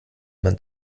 man